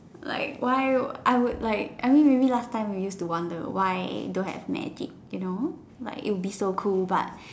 like why I would like I mean maybe last time we use wonder why don't have magic you know like it will be so cool but